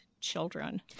children